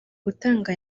gutanga